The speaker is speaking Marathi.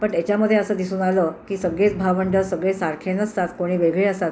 पण त्याच्यामध्ये असं दिसून आलं की सगळेच भावंडं सगळेच सारखे नसतात कोणी वेगळे असतात